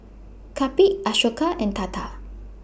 Kapil Ashoka and Tata